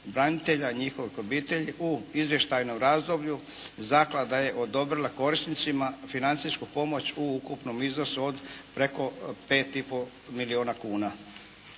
branitelja, njihovih obitelji u izvještajnom razdoblju zaklada je odobrila korisnicima financijsku pomoć u ukupnom iznosu od preko 5 i pol milijuna kuna.